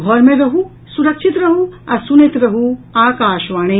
घर मे रहू सुरक्षित रहू आ सुनैत रहू आकाशवाणी